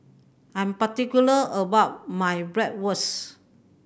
I'm particular about my Bratwurst